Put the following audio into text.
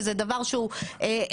שזה דבר שהוא אפשרי,